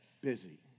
busy